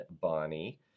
Bonnie